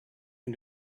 can